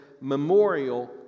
memorial